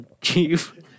chief